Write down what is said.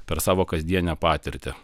per savo kasdieninę patirtį